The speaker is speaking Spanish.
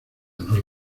nos